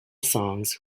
songs